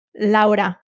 Laura